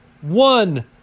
one